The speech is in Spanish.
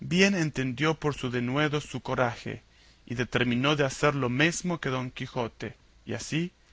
bien entendió por su denuedo su coraje y determinó de hacer lo mesmo que don quijote y así